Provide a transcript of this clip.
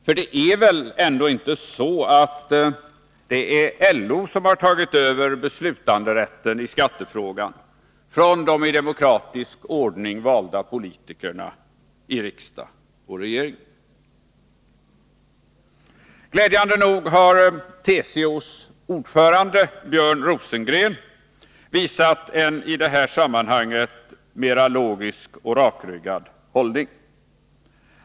— För det är väl ändå inte så att det är LO som har tagit över beslutanderätten i skattefrågan från de i demokratisk ordning valda politikerna i riksdag och regering? Glädjande nog har TCO:s ordförande Björn Rosengren visat en i det här sammanhanget mera logisk och rakryggad hållning.